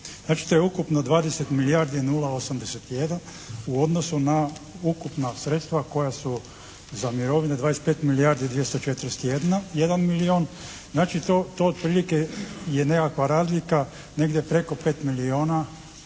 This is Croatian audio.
Znači to je ukupno 20 milijardi 081 u odnosu na ukupna sredstva koja su za mirovine 25 milijardi 241 milijon. Znači to otprilike je nekakva razlika, negdje preko 5 milijona